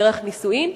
דרך נישואין,